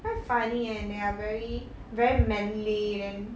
quite funny eh and they are very very manly and then